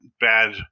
bad